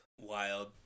Wild